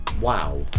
wow